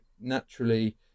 naturally